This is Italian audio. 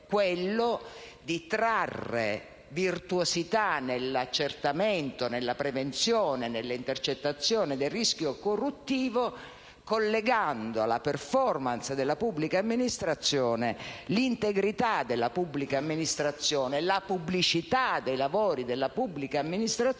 trarre virtuosità nell'accertamento, nella prevenzione e nell'intercettazione del rischio corruttivo, collegando alla *performance* della pubblica amministrazione l'integrità della pubblica amministrazione, la pubblicità dei suoi lavori e ciò che